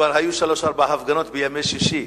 וכבר היו שלוש-ארבע הפגנות בימי שישי.